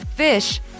fish